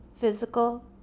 physical